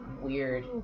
weird